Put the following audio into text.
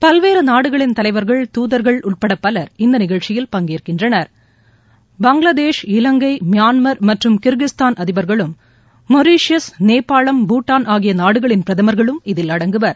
பல்வேறு நாடுகளின் தலைவர்கள் தூதர்கள் உட்பட பலர் இந்த நிகழ்ச்சியில் பங்கேற்கின்றனர் பங்களாதேஷ் இவங்கை மியான்மர் மற்றும் கிரிகிஸ்தான் அதிபர்களும் மொரிஷியஸ் நேபாளம் பூட்டான் ஆகிய நாடுகளின் பிரதமர்களும் இதில் அடங்குவர்